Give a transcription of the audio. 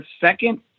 second